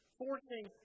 forcing